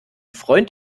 freund